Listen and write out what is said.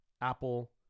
apple